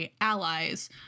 allies